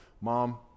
Mom